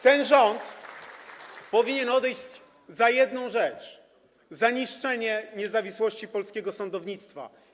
Ten rząd powinien odejść za jedną rzecz: za niszczenie niezawisłości polskiego sądownictwa.